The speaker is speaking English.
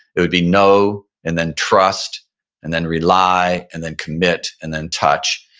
it would be know and then trust and then rely and then commit and then touch.